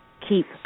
keep